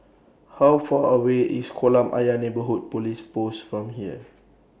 How Far away IS Kolam Ayer Neighbourhood Police Post from here